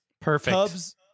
Perfect